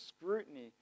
scrutiny